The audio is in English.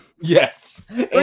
yes